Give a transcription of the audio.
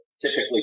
typically